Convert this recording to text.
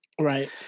Right